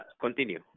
Continue